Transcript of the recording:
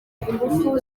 ingufu